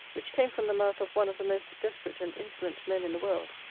which came from the mouth of one of the most desperate and insolent men in the world,